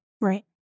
right